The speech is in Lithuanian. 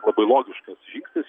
labai logiškas žingsnis